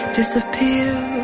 disappear